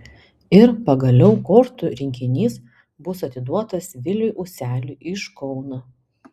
ir pagaliau kortų rinkinys bus atiduotas viliui useliui iš kauno